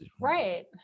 right